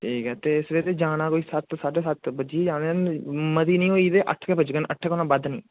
ठीक ऐ ते सवेरे जाना कोई सत्त साड्डे सत्त बज्जी जाने मती नी होई ते अट्ठ के बज्जंगन अट्ठें कोला बद्ध नी